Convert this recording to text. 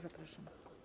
Zapraszam.